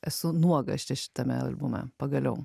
esu nuogas čia šitame albume pagaliau